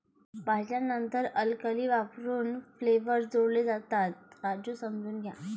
भाजल्यानंतर अल्कली वापरून फ्लेवर्स जोडले जातात, राजू समजून घ्या